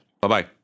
bye-bye